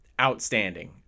outstanding